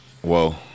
Whoa